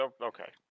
okay